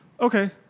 Okay